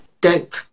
dope